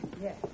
Yes